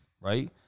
right